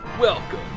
Welcome